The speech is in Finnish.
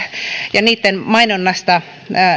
ja niitten mainonnasta